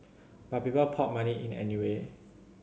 but people poured money in anyway